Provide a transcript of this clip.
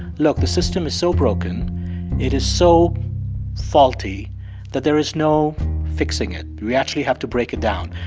look. the system is so broken it is so faulty that there is no fixing it. we actually have to break it down.